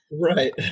right